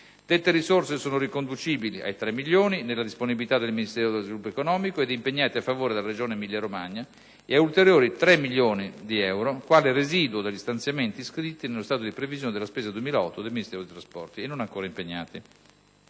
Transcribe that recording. Dette risorse sono riconducibili ai 3 milioni nella disponibilità del Ministero dello sviluppo economico ed impegnati a favore della Regione Emilia-Romagna, e ad ulteriori 3 milioni di euro, quale residuo degli stanziamenti iscritti nello stato di previsione della spesa 2008 del Ministero dei trasporti, non ancora impegnati.